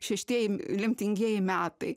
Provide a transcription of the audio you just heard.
šeštieji lemtingieji metai